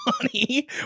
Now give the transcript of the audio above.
money